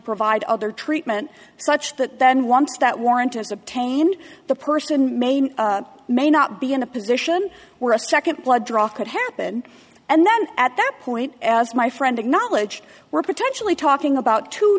provide other treatment such that then once that warrant is obtained the person may may not be in a position where a second blood draw could happen and then at that point as my friend acknowledge we're potentially talking about two